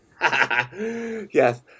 Yes